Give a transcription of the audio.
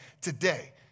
today